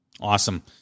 Awesome